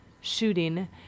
shooting